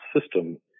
system